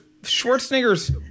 Schwarzenegger's